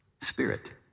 spirit